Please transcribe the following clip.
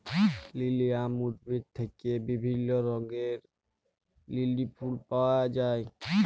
lilium উদ্ভিদ থেক্যে বিভিল্য রঙের লিলি ফুল পায়া যায়